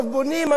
הממשלה,